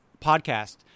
podcast